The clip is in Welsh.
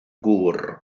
gŵr